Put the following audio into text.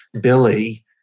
Billy